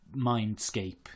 Mindscape